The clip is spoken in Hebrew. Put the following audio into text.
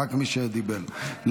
רק מי שלא דיבר.